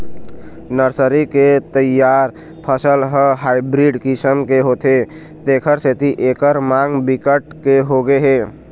nursery के तइयार फसल ह हाइब्रिड किसम के होथे तेखर सेती एखर मांग बिकट के होगे हे